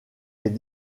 est